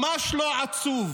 ממש לא עצוב